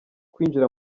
kwinjira